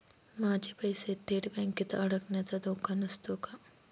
माझे पैसे थेट बँकेत अडकण्याचा धोका नसतो का?